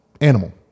animal